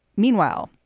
meanwhile,